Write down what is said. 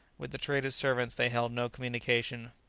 with the traders' servants they held no communication,